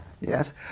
yes